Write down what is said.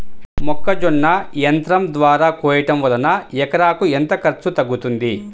మొక్కజొన్న యంత్రం ద్వారా కోయటం వలన ఎకరాకు ఎంత ఖర్చు తగ్గుతుంది?